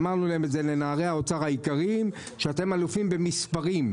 אמרנו לנערי האוצר היקרים: אתם אלופים במספרים,